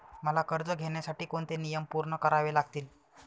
मला कर्ज घेण्यासाठी कोणते नियम पूर्ण करावे लागतील?